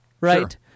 right